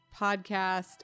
podcast